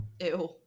Ew